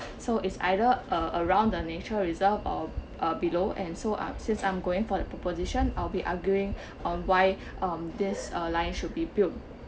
so it's either err around the nature reserve or uh below and so um since I'm going for the proposition I'll be arguing on why um this um line should be built